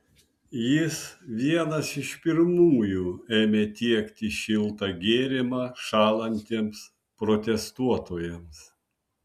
jis vienas iš pirmųjų ėmė tiekti šiltą gėrimą šąlantiems protestuotojams